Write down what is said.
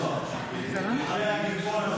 צה"ל ואת כל מערכת הביטחון שנמצאים ממש ברגעים אלה